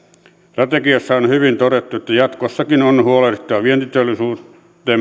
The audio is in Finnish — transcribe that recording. strategiassa on hyvin todettu että jatkossakin on huolehdittava vientiteollisuutemme